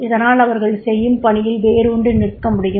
இதனால் அவர்கள் செய்யும் பணியில் வேரூன்றி நிற்க முடியும்